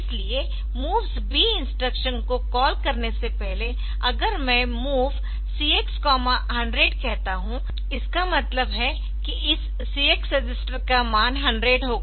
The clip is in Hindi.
इसलिए MOVES B इंस्ट्रक्शन को कॉल करने से पहले अगर मैं MOV CX 100 कहता हूं इसका मतलब है कि इस CX रजिस्टर का मान 100 होगा